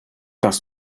dass